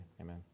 Amen